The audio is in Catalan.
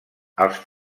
els